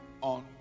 on